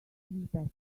better